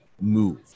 move